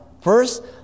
First